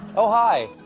oh, hi,